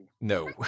No